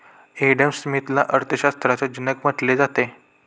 Adam स्मिथला अर्थशास्त्राचा जनक म्हटले जाते